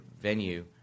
venue